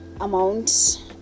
amount